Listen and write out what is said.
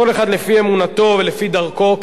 כל אחד לפי אמונתו ולפי דרכו,